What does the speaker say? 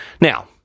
Now